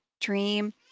dream